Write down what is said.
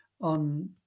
on